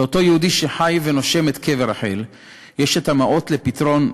לאותו יהודי שחי ונושם את קבר רחל יש ההצעות לפתרון,